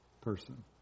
person